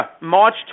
March